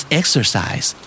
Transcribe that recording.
exercise